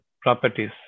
properties